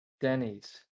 Denny's